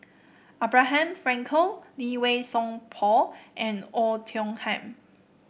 Abraham Frankel Lee Wei Song Paul and Oei Tiong Ham